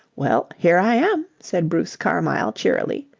well, here i am! said bruce carmyle cheerily.